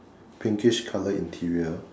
pinkish colour interior